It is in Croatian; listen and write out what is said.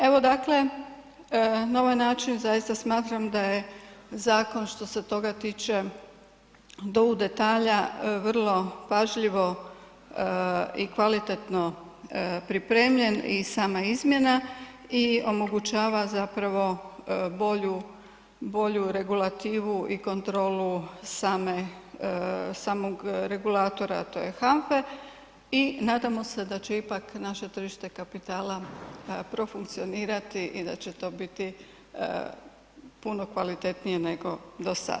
Evo dakle na ovaj način zaista smatram da je zakon što se toga tiče do u detalja vrlo pažljivo i kvalitetno pripremljen i sama izmjena i omogućava zapravo bolju, bolju regulativu i kontrolu same, samog regulatora tj. HANFA-e i nadamo se da će ipak naše tržište kapitala profunkcionirati i da će to biti puno kvalitetnije nego do sad.